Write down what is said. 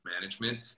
management